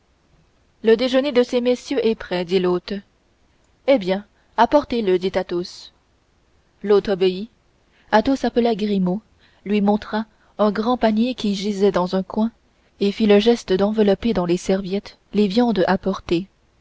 le déjeuner de ces messieurs est prêt dit l'hôte eh bien apportez-le dit athos l'hôte obéit athos appela grimaud lui montra un grand panier qui gisait dans un coin et fit le geste d'envelopper dans les serviettes les viandes apportées